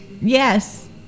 Yes